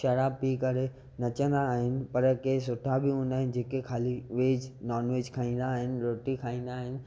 शराबु पी करे नचंदा आहिनि पर कंहिम सुठा बि हूंदा आहिनि जेके खाली वेज नॉन वेज खाईंदा आहिनि रोटी खाईंदा आहिनि